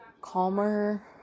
calmer